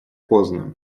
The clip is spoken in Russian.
поздно